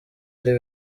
ari